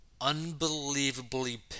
unbelievably